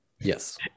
Yes